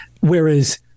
whereas